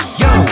yo